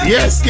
Yes